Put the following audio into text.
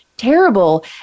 terrible